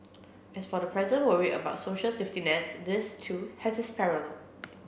as for the present worry about social safety nets this too has its parallel